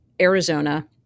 Arizona